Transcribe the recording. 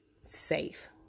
safe